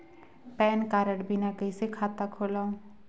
Pan card बिना कइसे खाता खोलव?